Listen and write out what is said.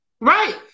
Right